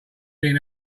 been